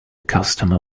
customer